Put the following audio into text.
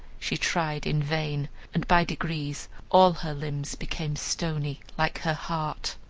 she tried in vain and by degrees all her limbs became stony like her heart.